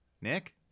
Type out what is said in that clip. Nick